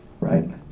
right